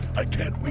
i can't